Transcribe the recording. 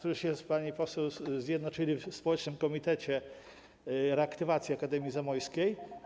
które się, pani poseł, zjednoczyły w Społecznym Komitecie Reaktywacji Akademii Zamojskiej.